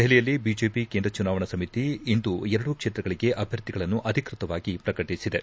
ದೆಹಲಿಯಲ್ಲಿ ಬಿಜೆಪಿ ಕೇಂದ್ರ ಚುನಾವಣಾ ಸಮಿತಿ ಇಂದು ಎರಡೂ ಕ್ಷೇತ್ರಗಳಿಗೆ ಅಭ್ಯರ್ಥಿಗಳನ್ನು ಅಧಿಕೃತವಾಗಿ ಪ್ರಕಟಿಸಿದೆ